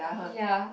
ya